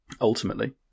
ultimately